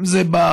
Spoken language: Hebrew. אם זה בחינוך,